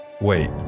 Wait